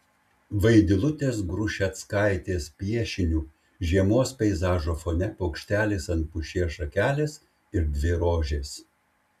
vaidilutės grušeckaitės piešiniu žiemos peizažo fone paukštelis ant pušies šakelės ir dvi rožės